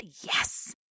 yes